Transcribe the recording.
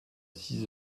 six